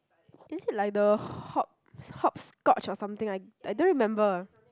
is it like the hop hopscotch or something I I don't remember